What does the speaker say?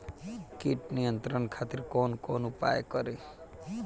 कीट नियंत्रण खातिर कवन कवन उपाय करी?